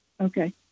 Okay